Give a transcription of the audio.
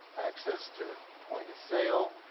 access to point of sale,